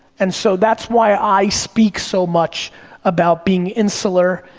and so that's why i speak so much about being insular,